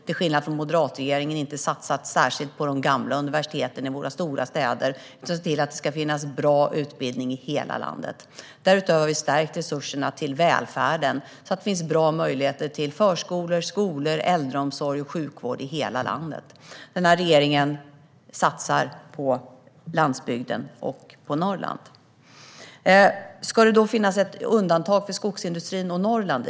Till skillnad från moderatregeringen har vi inte satsat särskilt på de gamla universiteten i våra stora städer. Vi har sett till att det ska finnas bra utbildning i hela landet. Därutöver har vi stärkt resurserna till välfärden så att det ska finnas möjligheter till bra förskolor, skolor, äldreomsorg och sjukvård i hela landet. Den här regeringen satsar på landsbygden och på Norrland. Ska det då finnas ett undantag för skogsindustrin och Norrland?